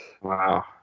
Wow